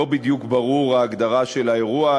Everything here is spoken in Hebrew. לא בדיוק ברורה ההגדרה של האירוע,